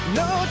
no